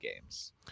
games